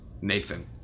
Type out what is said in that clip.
Nathan